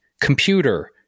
computer